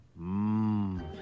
Mmm